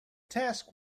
task